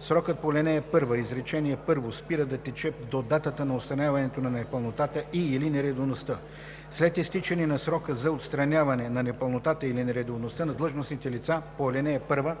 Срокът по ал. 1, изречение първо спира да тече до датата на отстраняването на непълнотата и/или нередовността. След изтичането на срока за отстраняване на непълнотата или нередовността длъжностните лица по ал. 1